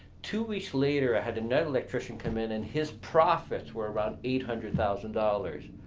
two weeks later i had another electrician come in and his profits were around eight hundred thousand dollars.